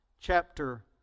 chapter